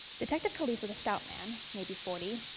detective caliez was a stout man. maybe forty.